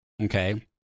Okay